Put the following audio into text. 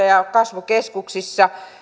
ja kasvukeskuksissa